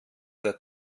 der